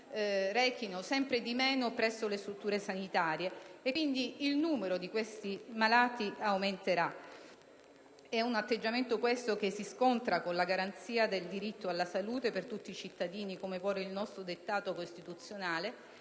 Pertanto, il numero di questi malati aumenterà. È un atteggiamento, questo, che si scontra con la garanzia del diritto alla salute per tutti i cittadini, come vuole il nostro dettato costituzionale,